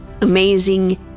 amazing